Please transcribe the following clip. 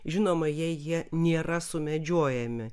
žinoma jei jie nėra sumedžiojami